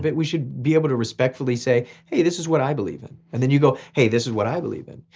but we should be able to respectfully say this is what i believe and and then you go hey this is what i believe in.